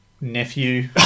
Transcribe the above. Nephew